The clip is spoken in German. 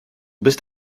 bist